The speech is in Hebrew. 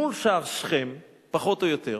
מול שער שכם, פחות או יותר.